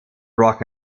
rock